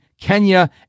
Kenya